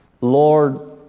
Lord